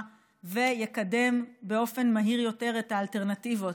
ויקדם באופן מהיר יותר את האלטרנטיבות,